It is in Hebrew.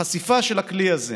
החשיפה של הכלי הזה